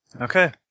Okay